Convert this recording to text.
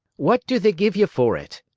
what do they give ye for it?